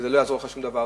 לא יעזור לך שום דבר.